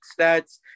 stats